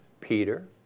Peter